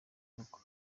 urugo